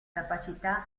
capacità